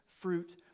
fruit